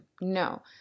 no